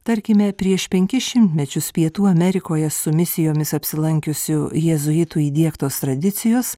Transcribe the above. tarkime prieš penkis šimtmečius pietų amerikoje su misijomis apsilankiusių jėzuitų įdiegtos tradicijos